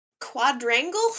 quadrangle